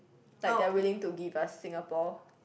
like they are willing to give us Singapore